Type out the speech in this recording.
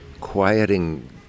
quieting